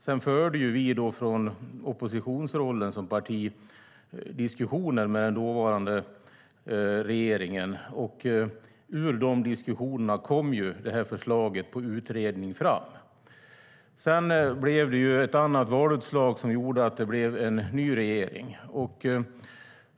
Vårt parti förde från oppositionsrollen diskussioner med den dåvarande regeringen, och ur de diskussionerna kom förslaget om utredning. Sedan blev det ett valutslag som gjorde att det blev en ny regering.